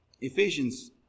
Ephesians